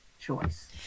choice